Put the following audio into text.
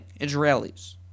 Israelis